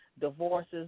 divorces